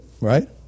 right